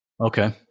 Okay